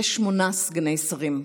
יש שמונה סגני שרים.